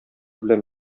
белән